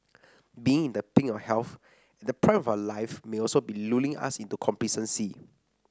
being in the pink of health and the prime of our lives may also be lulling us into complacency